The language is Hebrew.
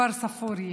בכפר ספורי